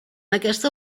aquesta